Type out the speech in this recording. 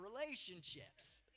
relationships